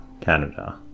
Canada